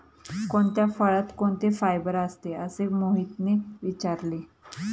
कोणत्या फळात कोणते फायबर असते? असे मोहितने विचारले